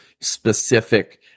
specific